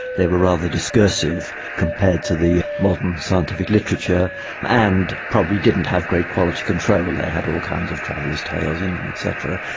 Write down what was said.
they were rather discursive compared to the modern scientific literature and probably didn't have great quality control. they had all kinds of travellers' tales in them et cetera.